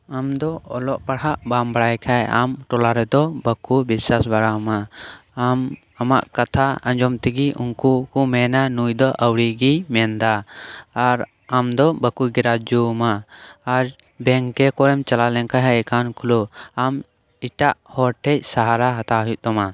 ᱟᱢ ᱫᱚ ᱚᱞᱚᱜ ᱯᱟᱲᱦᱟᱜ ᱵᱟᱢ ᱵᱟᱲᱟᱭ ᱠᱷᱟᱱ ᱟᱢ ᱴᱚᱞᱟ ᱨᱮᱫᱚ ᱵᱟᱠᱚ ᱵᱤᱥᱥᱟᱥ ᱵᱟᱲᱟ ᱟᱢᱟ ᱟᱢ ᱟᱢᱟᱜ ᱠᱟᱛᱷᱟ ᱟᱸᱡᱚᱢ ᱛᱤᱜᱮ ᱩᱱᱠᱩ ᱠᱚ ᱢᱮᱱᱟ ᱱᱩᱭ ᱫᱚ ᱟᱣᱲᱤᱜᱮᱭ ᱢᱮᱱ ᱮᱫᱟ ᱟᱨ ᱟᱢ ᱫᱚ ᱵᱟᱠᱚ ᱜᱨᱟᱡᱽᱡᱳ ᱟᱢᱟ ᱟᱨ ᱵᱮᱝᱠ ᱠᱚᱨᱮᱢ ᱪᱟᱞᱟᱣ ᱞᱮᱱᱠᱷᱟᱱ ᱮᱠᱟᱣᱩᱸᱴ ᱠᱷᱩᱞᱟᱹᱣ ᱟᱢ ᱮᱴᱟᱜ ᱦᱚᱲ ᱴᱷᱮᱡ ᱥᱟᱦᱟᱨᱟ ᱦᱟᱛᱟᱣ ᱦᱩᱭᱩᱜ ᱛᱟᱢᱟ